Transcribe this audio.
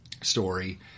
story